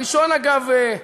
הראשון, אגב,